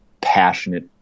passionate